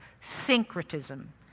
Syncretism